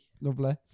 lovely